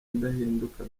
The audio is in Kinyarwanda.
ndahinduka